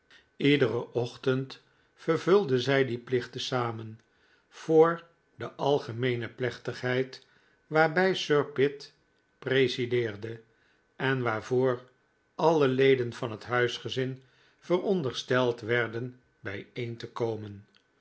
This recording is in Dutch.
iederen ochtend vervulden zij dien plicht te zamen voor de algemeene plechtigheid waarbij sir pitt presideerde en waarvoor alle leden van het huisgezin verondersteld werden bijeen te komen